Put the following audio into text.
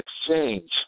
exchange